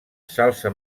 salsa